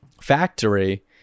factory